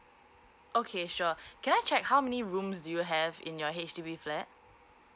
okay sure can I check how many rooms do you have in your H_D_B flat